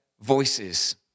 voices